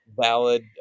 Valid